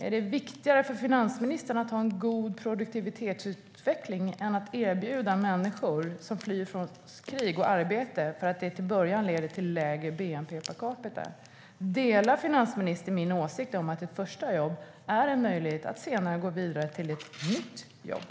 Är det viktigare för finansministern att ha en god produktivitetsutveckling än att erbjuda människor som flyr från krig ett arbete för att det till en början leder till lägre bnp per capita? Delar finansministern min åsikt att ett första jobb ger en möjlighet att senare gå vidare till ett nytt jobb?